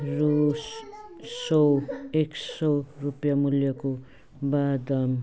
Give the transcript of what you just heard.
रु सौ एक सय रुपियाँ मूल्यको वाहदाम